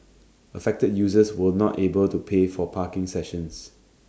affected users were not able to pay for parking sessions